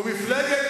אדוני.